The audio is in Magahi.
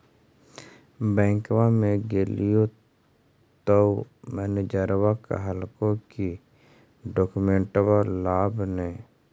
बैंकवा मे गेलिओ तौ मैनेजरवा कहलको कि डोकमेनटवा लाव ने?